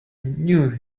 knew